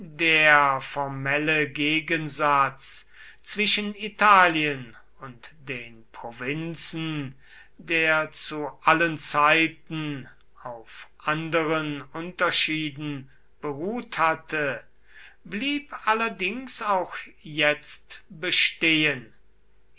der formelle gegensatz zwischen italien und den provinzen der zu allen zeiten auf anderen unterschieden beruht hatte blieb allerdings auch jetzt bestehen